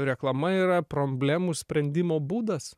reklama yra problemų sprendimo būdas